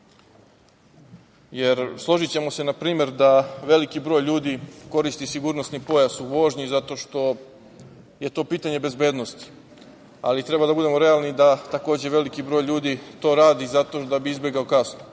jer složićemo se npr. da veliki broj ljudi koristi sigurnosni pojas u vožnji zato što je to pitanje bezbednosti. Ali, treba da budemo realni da, takođe, veliki broj ljudi to radi da bi izbegao kaznu.